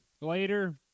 later